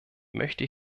möchte